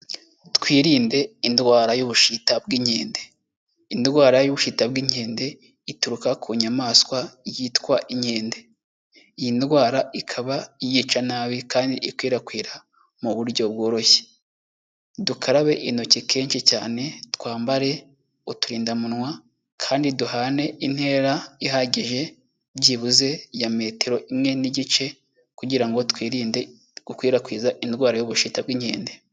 Twirinde indwara y'ubushita bw'inkende. Indwara y'ubushita bw'inkende ituruka ku nyamaswa yitwa inkende. Iyi ndwara ikaba iyica nabi kandi ikwirakwira mu buryo bworoshye. Dukarabe intoki kenshi cyane, twambare uturindamunwa, kandi duhane intera ihagije, byibuze ya metero imwe n'igice, kugira ngo twirinde gukwirakwiza indwara y'ubushita bw'inkende.